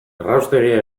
erraustegia